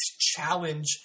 challenge